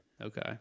Okay